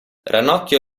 ranocchio